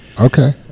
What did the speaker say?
Okay